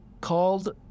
called